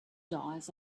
dies